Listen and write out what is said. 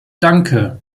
danke